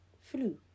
flu